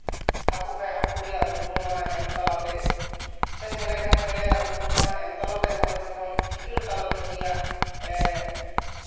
ᱦᱟᱹᱠᱩ ᱠᱷᱟᱱ ᱦᱟᱹᱠᱩ ᱨᱮᱭᱟᱜ ᱨᱩᱯ ᱵᱚᱨᱱᱚᱱᱟ ᱮᱢ ᱛᱟᱞᱟ ᱛᱮ ᱥᱮ ᱪᱮᱬᱮ ᱠᱷᱟᱱ ᱪᱮᱬᱮᱭᱟᱜ ᱨᱩᱯ ᱵᱚᱨᱱᱚᱱᱟ ᱮᱢ ᱛᱟᱞᱟᱛᱮ ᱱᱚᱜᱼᱚᱭ ᱡᱚᱠᱷᱚᱱ ᱪᱤᱠᱟᱹᱲ ᱛᱟᱞᱟᱛᱮ ᱩᱱᱤᱭᱟᱜ